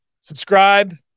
subscribe